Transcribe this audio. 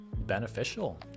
beneficial